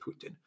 Putin